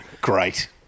Great